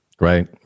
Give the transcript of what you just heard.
Right